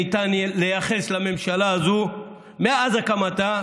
היום שהדבר היחיד שניתן לייחס לממשלה הזו מאז הקמתה,